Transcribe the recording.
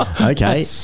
Okay